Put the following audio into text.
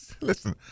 listen